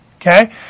Okay